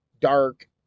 Dark